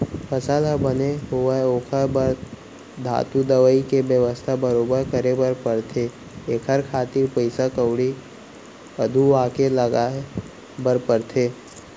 फसल ह बने होवय ओखर बर धातु, दवई के बेवस्था बरोबर करे बर परथे एखर खातिर पइसा कउड़ी अघुवाके लगाय बर परथे